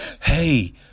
hey